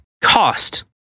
cost